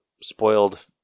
spoiled